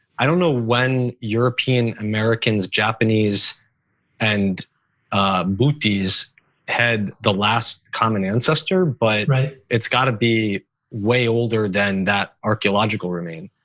i don't know when european americans, japanese and mbutis had the last common ancestor, but it's got to be way older than that archeological remain.